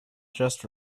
just